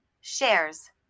Shares